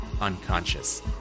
unconscious